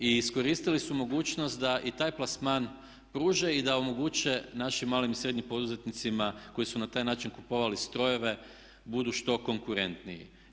I iskoristili su mogućnost da i taj plasman pruže i da omoguće našim malim i srednjim poduzetnicima koji su na taj način kupovali strojeve budu što konkurentniji.